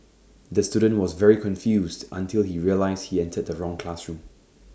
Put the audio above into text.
the student was very confused until he realised he entered the wrong classroom